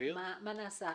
מה נעשה?